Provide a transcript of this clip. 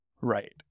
Right